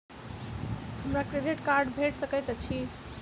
हमरा credit card भेट सकैत अछि?